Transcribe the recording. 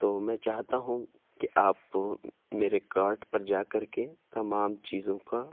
تو میں چاہتا ہوں کہ آپ میرے کارٹ پر جا کر کے تمام چیزوں کا